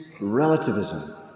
relativism